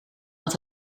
had